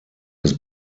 das